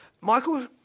Michael